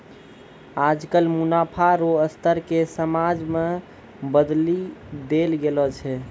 आजकल मुनाफा रो स्तर के समाज मे बदली देल गेलो छै